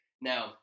Now